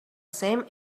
same